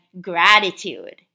gratitude